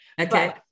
Okay